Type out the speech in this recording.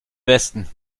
westen